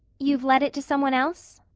you've let it to some one else?